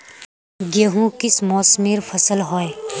गेहूँ किस मौसमेर फसल होय?